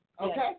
Okay